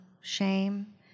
shame